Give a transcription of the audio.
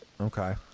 okay